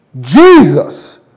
Jesus